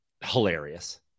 Hilarious